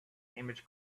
image